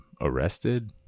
arrested